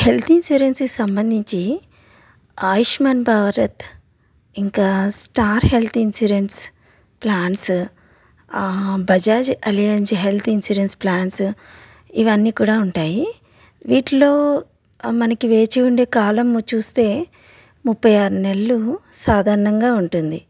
health ఇన్సూరెన్స్కి సంబంధించి ఆయుష్మాన్ భారత్ ఇంకా Star Health insurance plans Bajaj Allianz health insurance plans ఇవన్నీ కూడా ఉంటాయి వీటిలో మనకి వేచి ఉండే కాలము చూస్తే ముప్పై ఆరు నెలలు సాధారణంగా ఉంటుంది